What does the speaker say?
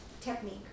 technique